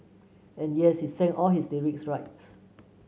and yes he sang all his lyrics right